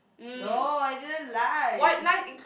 no I didn't lie